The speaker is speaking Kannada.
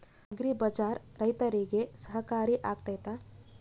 ಅಗ್ರಿ ಬಜಾರ್ ರೈತರಿಗೆ ಸಹಕಾರಿ ಆಗ್ತೈತಾ?